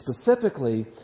specifically